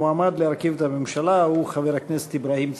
המועמד להרכיב את הממשלה הוא חבר הכנסת אברהים צרצור,